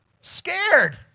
scared